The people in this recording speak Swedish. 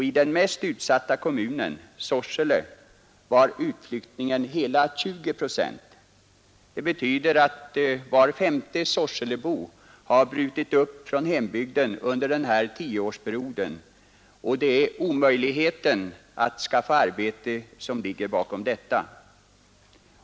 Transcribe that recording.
I den mest utsatta kommunen, Sorsele, var utflyttningen hela 20 procent. Det betyder att var femte sorselebo har brutit upp från hembygden under den här tioårsperioden, och det är omöjligheten att skaffa arbete som ligger bakom detta.